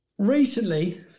Recently